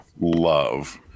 love